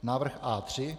Návrh A3.